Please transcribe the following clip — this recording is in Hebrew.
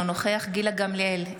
אינו נוכח גילה גמליאל,